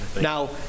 now